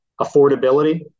affordability